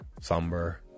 somber